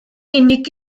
unig